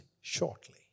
shortly